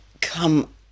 come